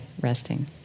resting